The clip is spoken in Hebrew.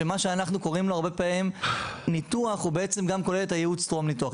וזה מה שאנחנו קוראים לו ניתוח הוא גם כולל את הייעוץ טרום ניתוח.